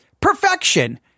perfection